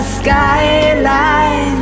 skyline